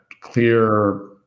clear